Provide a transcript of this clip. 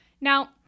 Now